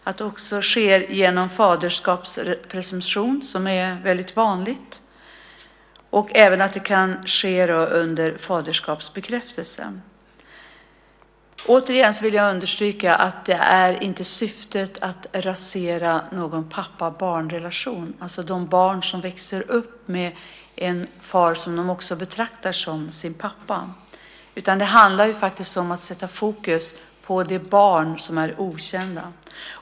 Det kan också ske genom faderskapspresumtion, som är väldig vanligt, och det kan ske under faderskapsbekräftelse. Återigen vill jag understryka att syftet inte är att rasera någon pappa-barn-relation, en relation där barnet växer upp med någon som de betraktar som sin pappa, utan det handlar om att sätta fokus på de barn som är okända.